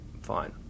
fine